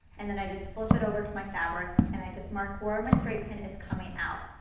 and then i just flip it over to my fabric and i just mark where my straight pen is coming out.